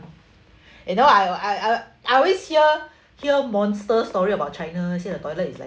you know I I I I always hear hear monster story about china see the toilet is like